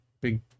big